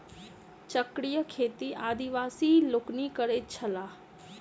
चक्रीय खेती आदिवासी लोकनि करैत छलाह